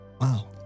wow